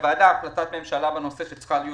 הוועדה בהחלטת ממשלה בנושא שצריכה להיות